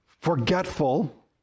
forgetful